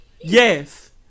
yes